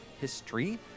history